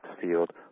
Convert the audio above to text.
field